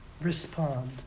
respond